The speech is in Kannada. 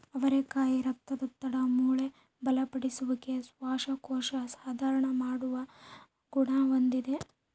ಅವರೆಕಾಯಿ ರಕ್ತದೊತ್ತಡ, ಮೂಳೆ ಬಲಪಡಿಸುವಿಕೆ, ಶ್ವಾಸಕೋಶ ಸುಧಾರಣ ಮಾಡುವ ಗುಣ ಹೊಂದಿದೆ